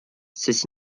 ceci